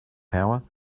power